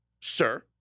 sir